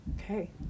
okay